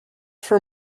for